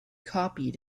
copied